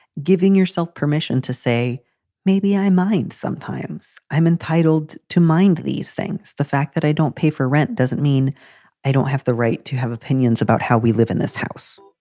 giving yourself permission to say maybe i mind. sometimes i'm entitled to mind these things. the fact that i don't pay for rent doesn't mean i don't have the right to have opinions about how we live in this house.